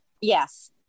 Yes